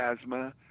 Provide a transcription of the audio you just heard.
asthma